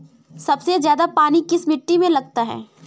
सबसे ज्यादा पानी किस मिट्टी में लगता है?